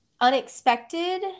unexpected